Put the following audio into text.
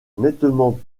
nettement